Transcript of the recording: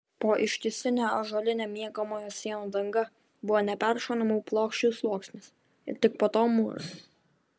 po ištisine ąžuoline miegamojo sienų danga buvo neperšaunamų plokščių sluoksnis ir tik po to mūras